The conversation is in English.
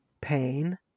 pain